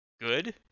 good